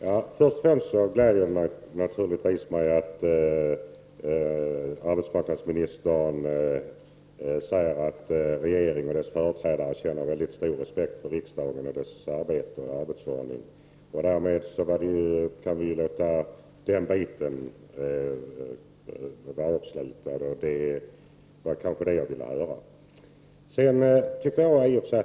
Herr talman! Först och främst gläder det mig att arbetsmarknadsministern säger att regeringen och dess företrädare känner väldigt stor respekt för riksdagen och dess arbete. Därmed kan vi lämna den frågan.